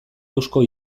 eusko